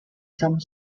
some